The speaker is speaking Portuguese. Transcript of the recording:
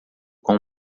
com